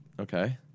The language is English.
Okay